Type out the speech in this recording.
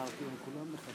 שר המשפטים, בבקשה.